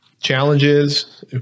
challenges